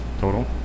total